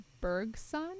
Bergson